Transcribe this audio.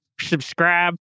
subscribe